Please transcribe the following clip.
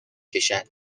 کشد